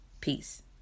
Peace